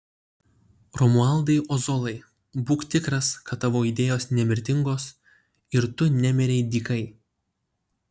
romualdai ozolai būk tikras kad tavo idėjos nemirtingos ir tu nemirei dykai